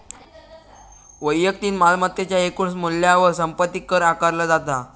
वैयक्तिक मालमत्तेच्या एकूण मूल्यावर संपत्ती कर आकारला जाता